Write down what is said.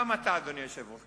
גם אתה, אדוני היושב-ראש.